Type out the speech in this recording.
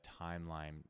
timeline